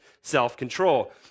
self-control